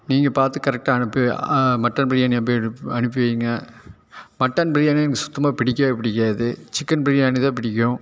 நீங்கள் பார்த்து கரெக்டாக அனுப்பி ஆ மட்டன் பிரியாணியை அனுப்பி வைங்க மட்டன் பிரியாணி எனக்கு சுத்தமாக பிடிக்கவே பிடிக்காது சிக்கன் பிரியாணி தான் பிடிக்கும்